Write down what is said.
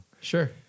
Sure